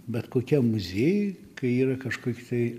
bet kokiam muziejui kai yra kažkoki tai